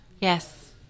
Yes